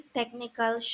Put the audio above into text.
technical